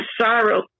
sorrow